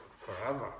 forever